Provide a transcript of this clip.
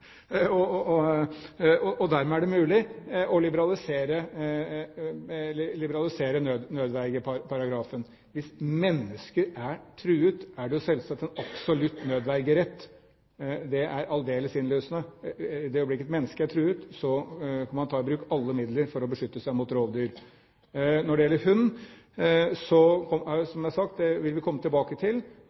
for jerv og gaupe, og dermed er det mulig å liberalisere nødvergeparagrafen. Hvis mennesker er truet, er det selvsagt en absolutt nødvergerett. Det er aldeles innlysende. I det øyeblikket et menneske er truet, kan man ta i bruk alle midler for å beskytte seg mot rovdyr. Når det gjelder hund, som jeg har sagt, vil vi komme tilbake til